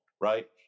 right